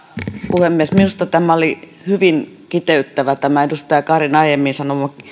puhemies minusta tämä oli hyvin kiteyttävä tämä edustaja karin aiemmin sanoma